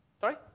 Sorry